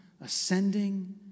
ascending